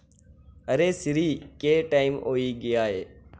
अरे सिरी केह् टाइम होई गेआ ऐ